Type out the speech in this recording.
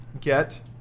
get